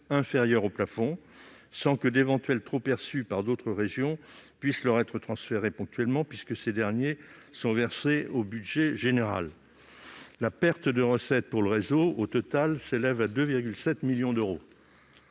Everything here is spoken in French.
inférieure au plafond, sans que d'éventuels trop-perçus par d'autres régions puissent leur être transférés ponctuellement, puisque ces derniers sont versés au budget général. La perte de recettes pour le réseau s'élève au total à 2,7 millions d'euros.